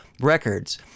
records